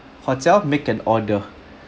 hotel make an order